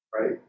right